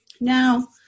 Now